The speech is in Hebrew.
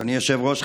אדוני היושב-ראש,